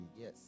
Yes